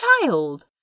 child